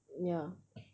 ya